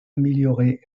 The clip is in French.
améliorer